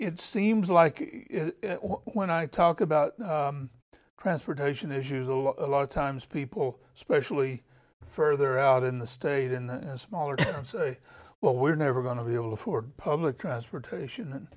it seems like when i talk about transportation issues a lot of times people especially further out in the state in the smaller town say well we're never going to be able to afford public transportation